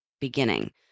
beginning